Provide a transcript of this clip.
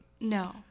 No